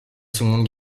seconde